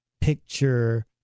picture